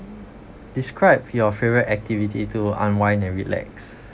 describe your favourite activity to unwind and relax